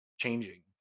changing